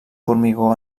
formigó